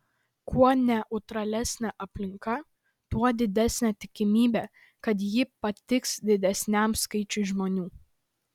kuo neutralesnė aplinka tuo didesnė tikimybė kad ji patiks didesniam skaičiui žmonių